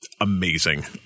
Amazing